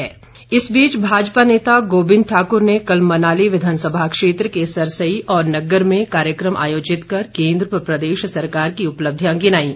गोविंद बिंदल इस बीच भाजपा नेता गोविंद ठाकुर ने कल मनाली विधानसभा क्षेत्र के सरसई और नग्गर में कार्यक्रम आयोजित कर केन्द्र व प्रदेश सरकार की उपलब्धियां गिनाईं